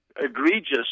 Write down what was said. egregious